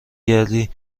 گردی